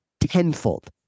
tenfold